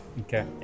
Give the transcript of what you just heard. okay